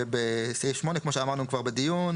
בסעיף 8, כמו שאמרנו בדיון,